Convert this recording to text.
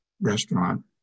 restaurant